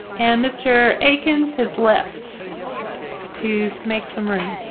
and mr. aikens has left to make some room